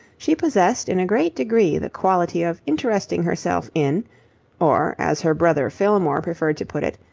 she possessed in a great degree the quality of interesting herself in or, as her brother fillmore preferred to put it,